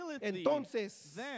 entonces